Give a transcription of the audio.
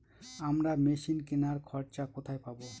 আমরা মেশিন কেনার খরচা কোথায় পাবো?